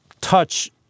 touch